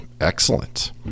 excellent